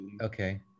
okay